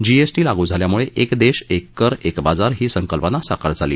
GST लागू झाल्यामुळे एक देश एक कर एक बाजार ही संकल्पना साकार झाली